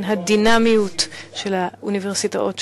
מן הדינמיות של האוניברסיטאות שלכם,